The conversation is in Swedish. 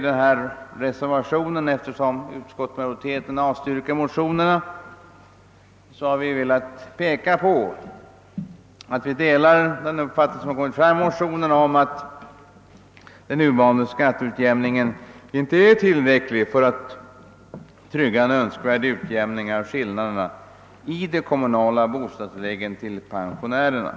Vi har, eftersom utskottsmajoriteten avstyrkt motionerna, velat framhålla att vi delar motionärernas uppfattning att den nuvarande skatteutjämningen inte är tillräcklig för att trygga en önskvärd utjämning av skillnaderna i kommunala bostadstillägg till pensionärerna.